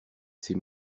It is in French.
ses